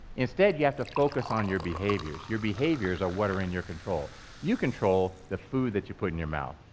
instead, you have to focus on your behaviors, your behaviors are what is in your control you control the food that you put in your mouth,